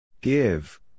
Give